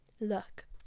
look